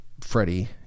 Freddie